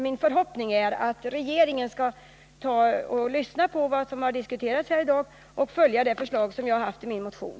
Min förhoppning är att regeringen skall lyssna på den diskussion som förts här i dag och följa det förslag som jag har framfört i min motion.